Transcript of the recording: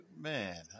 man